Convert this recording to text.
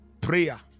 prayer